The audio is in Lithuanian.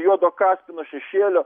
juodo kaspino šešėlio